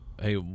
Hey